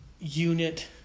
unit